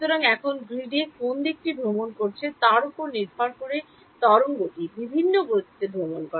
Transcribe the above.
সুতরাং এখন গ্রিডে কোন দিকটি ভ্রমণ করছে তার উপর নির্ভর করে তরঙ্গটি বিভিন্ন গতিতে ভ্রমণ করে